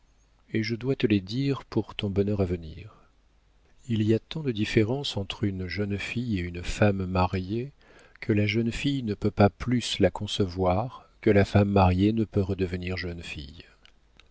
et je dois te les dire pour ton bonheur à venir il y a tant de différence entre une jeune fille et une femme mariée que la jeune fille ne peut pas plus la concevoir que la femme mariée ne peut redevenir jeune fille